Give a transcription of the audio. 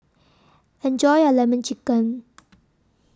Enjoy your Lemon Chicken